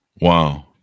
Wow